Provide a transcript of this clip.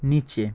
নিচে